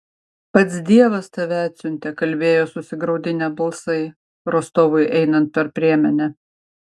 pats dievas tave atsiuntė kalbėjo susigraudinę balsai rostovui einant per priemenę